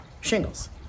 Shingles